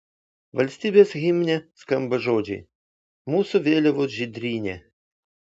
valstybės himne skamba žodžiai mūsų vėliavos žydrynė